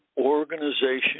organization